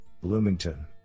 Bloomington